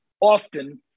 often